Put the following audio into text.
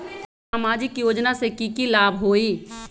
सामाजिक योजना से की की लाभ होई?